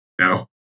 no